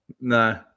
No